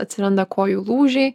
atsiranda kojų lūžiai